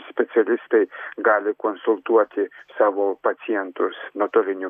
specialistai gali konsultuoti savo pacientus nuotoliniu